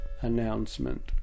announcement